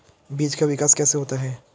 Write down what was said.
बीज का विकास कैसे होता है?